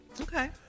Okay